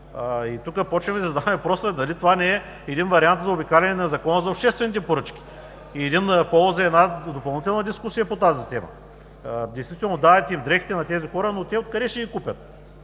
Тук задаваме въпроса: дали това не е вариант за заобикаляне на Закона за обществените поръчки? Една допълнителна дискусия по тази тема. Действително, дават им дрехите на тези хора, но те откъде ще ги купят?